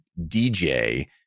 DJ